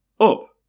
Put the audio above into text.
Up